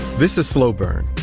this is slow burn.